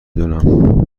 دونم